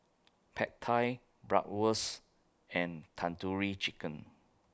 Pad Thai Bratwurst and Tandoori Chicken